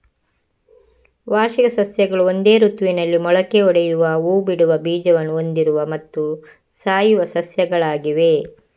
ವಾರ್ಷಿಕ ಸಸ್ಯಗಳು ಒಂದೇ ಋತುವಿನಲ್ಲಿ ಮೊಳಕೆಯೊಡೆಯುವ ಹೂ ಬಿಡುವ ಬೀಜವನ್ನು ಹೊಂದಿರುವ ಮತ್ತು ಸಾಯುವ ಸಸ್ಯಗಳಾಗಿವೆ